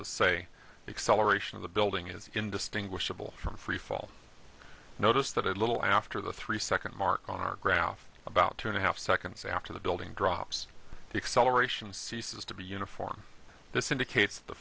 to say acceleration of the building is indistinguishable from freefall noticed that a little after the three second mark on our graph about two and a half seconds after the building drops the acceleration ceases to be uniform this indicates the